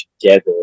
together